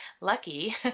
lucky